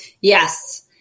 Yes